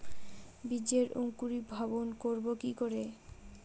বীজের অঙ্কুরিভবন করব কি করে?